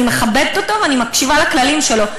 אני מכבדת אותו ואני מקשיבה לכללים שלו,